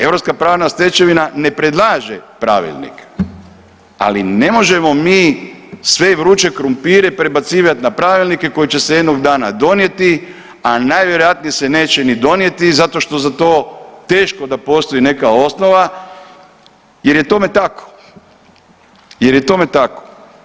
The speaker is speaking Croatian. Europska pravna stečevina ne predlaže pravilnik, ali ne možemo mi sve vruće krumpire prebacivati na pravilnike koji će se jednog dana donijeti, a najvjerojatnije se neće ni donijeti zato što za to teško da postoji neka osnova jer je tome tako.